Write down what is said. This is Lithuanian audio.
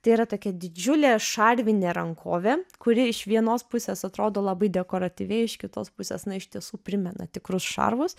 tai yra tokia didžiulė šarvinė rankovė kuri iš vienos pusės atrodo labai dekoratyviai iš kitos pusės na iš tiesų primena tikrus šarvus